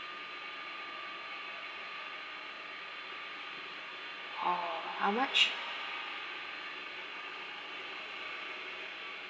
orh how much